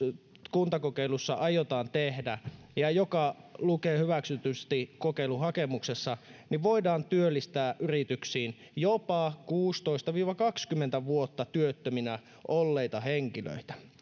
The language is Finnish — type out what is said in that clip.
kuntakokeilussa aiotaan tehdä ja joka lukee hyväksytysti kokeiluhakemuksessa voidaan työllistää yrityksiin jopa kuusitoista viiva kaksikymmentä vuotta työttöminä olleita henkilöitä